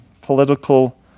political